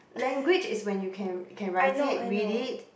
language is when you can can write it read it